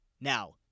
Now